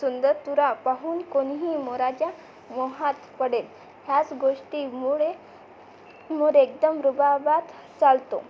सुंदर तुरा पाहून कुणीही मोराच्या मोहात पडेल ह्याच गोष्टीमुळे मोर एकदम रुबाबात चालतो